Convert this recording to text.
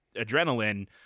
adrenaline